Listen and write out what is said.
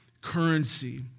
currency